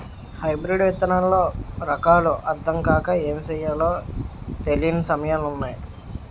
hybrid విత్తనాల్లో రకాలు అద్దం కాక ఏమి ఎయ్యాలో తెలీని సమయాలున్నాయి